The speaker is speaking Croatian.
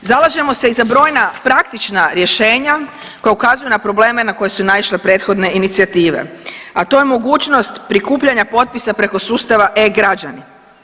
Zalažemo se i za brojna praktična rješenja koja ukazuju na probleme na koje su naišle prethodne inicijative, a to je mogućnost prikupljanja potpisa preko sustava e-Građani.